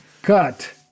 Cut